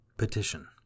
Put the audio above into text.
PETITION